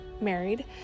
married